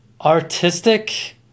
artistic